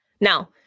Now